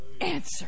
answer